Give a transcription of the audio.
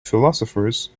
philosophers